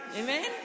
Amen